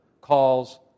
calls